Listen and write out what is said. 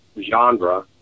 genre